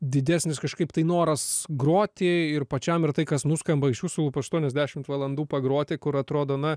didesnis kažkaip tai noras groti ir pačiam ir tai kas nuskamba iš jūsų lūpų aštuoniasdešimt valandų pagroti kur atrodo na